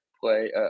play